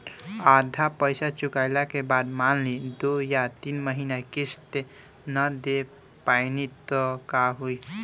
आधा पईसा चुकइला के बाद मान ली दो या तीन महिना किश्त ना दे पैनी त का होई?